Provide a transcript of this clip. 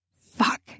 Fuck